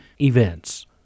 events